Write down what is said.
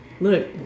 Look